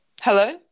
hello